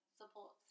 support